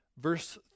Verse